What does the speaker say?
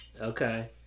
Okay